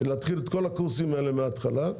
להתחיל את כל הקורסים האלה מההתחלה.